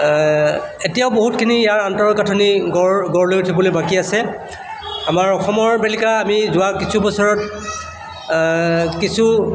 এতিয়াও বহুতখিনি ইয়াৰ আন্তঃগাঁথনি গঢ় গঢ় লৈ উঠিবলৈ বাকী আছে আমাৰ অসমৰ বেলিকা আমি যোৱা কিছু বছৰত কিছু